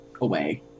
away